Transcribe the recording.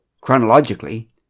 Chronologically